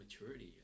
maturity